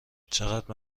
چقدر